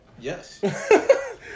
Yes